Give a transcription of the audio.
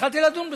התחלתי לדון בזה.